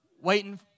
waiting